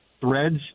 threads